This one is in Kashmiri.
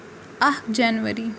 اکھ جنؤری